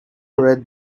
red